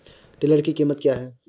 Tiller की कीमत क्या है?